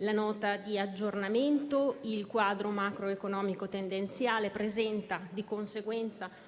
la Nota di aggiornamento, il quadro macroeconomico tendenziale presenta, di conseguenza,